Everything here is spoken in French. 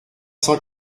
cent